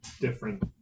different